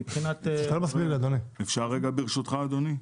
אפשר ברשותך, אדוני?